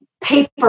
paper